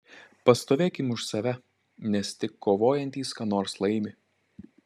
pastovėkim už save nes tik kovojantys ką nors laimi